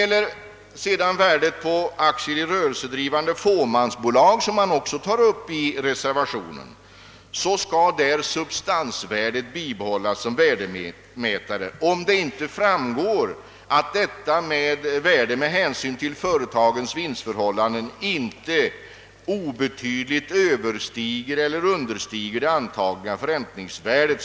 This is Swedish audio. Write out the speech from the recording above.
Beträffande aktier i rörelsedrivande fåmansbolag, som också tages upp i reservationen, skall substansvärdet bibehållas som värdemätare om det inte framgår att detta värde med hänsyn till företagets vinstförhållanden inte obetydligt överstiger eller understiger det antagna förräntningsvärdet.